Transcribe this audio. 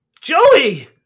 Joey